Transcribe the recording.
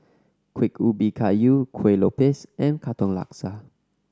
Kuih Ubi Kayu Kueh Lopes and Katong Laksa